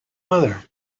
mother